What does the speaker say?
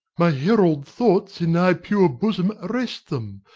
my herald thoughts in thy pure bosom rest them,